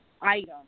item